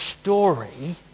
story